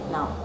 Now